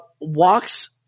walks